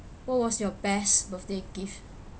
what was your best birthday gift